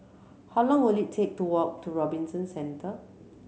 how long will it take to walk to Robinson Centre